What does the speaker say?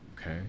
Okay